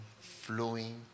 flowing